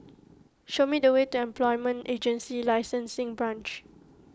show me the way to Employment Agency Licensing Branch